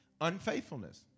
Unfaithfulness